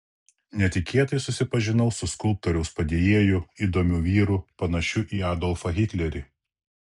netikėtai susipažinau su skulptoriaus padėjėju įdomiu vyru panašiu į adolfą hitlerį